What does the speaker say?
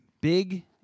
big